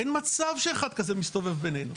אין מצב שאחד כזה מסתובב בינינו,